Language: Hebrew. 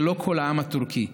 ולא כל העם הטורקי,